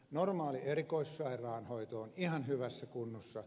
normaali erikoissairaanhoito on ihan hyvässä kunnossa